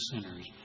sinners